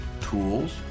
tools